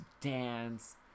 dance